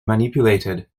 manipulated